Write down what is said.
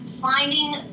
finding